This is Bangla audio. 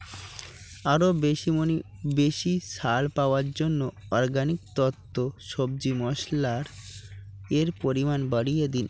আরও বেশি মণি বেশি ছাড় পাওয়ার জন্য অরগানিক তত্ত্ব সবজি মশলার এর পরিমাণ বাড়িয়ে দিন